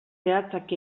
zehatzak